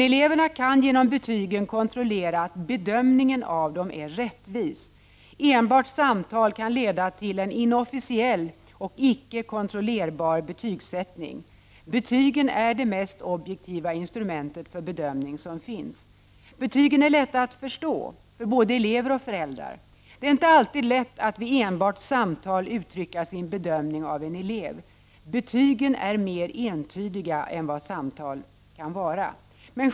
Eleverna kan genom betygen kontrollera att bedömningen av dem är rättvis. Enbart samtal kan leda till en inofficiell och icke kontrollerbar betygssättning. Betygen är det mest objektiva instrumentet för bedömning som finns. Betygen är lätta att förstå för både elever och föräldrar. Det är inte alltid lätt att vid enbart samtal uttrycka sin bedömning av en elev. Betygen är mer entydiga än vad samtal kan vara.